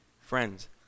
friends